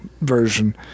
version